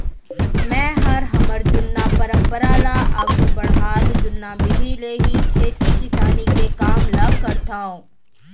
मैंहर हमर जुन्ना परंपरा ल आघू बढ़ात जुन्ना बिधि ले ही खेती किसानी के काम ल करथंव